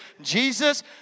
Jesus